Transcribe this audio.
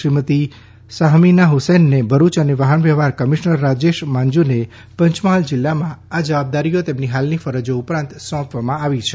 શ્રીમતી શાહમીના હ્સૈનને ભરૂચ અને વાહનવ્યવહાર કમિશનર શ્રી રાજેશ માંજૂને પંચમહાલ જિલ્લામાં આ જવાબદારીઓ તેમની હાલની ફરજો ઉપરાંત સોંપવામાં આવી છે